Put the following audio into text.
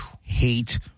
hate